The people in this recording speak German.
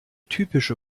typische